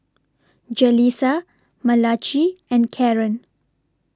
Jaleesa Malachi and Karren